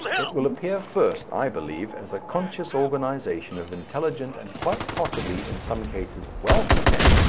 it will appear first, i believe, as a conscious organization of intelligent and quite possibly in some cases wealthy men,